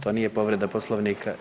To nije povreda Poslovnika.